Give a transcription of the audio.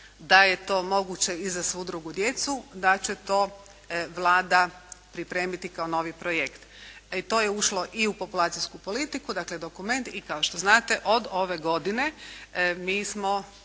da je to moguće i za svu drugu djecu da će to Vlada pripremiti kao novi projekt. To je ušlo i u populacijsku politiku dakle dokument. I kao što znate od ove godine mi smo